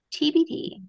TBD